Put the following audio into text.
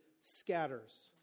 scatters